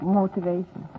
motivation